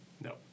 No